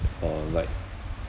uh like